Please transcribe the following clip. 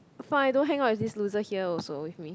fine don't hang out with this loser here also with me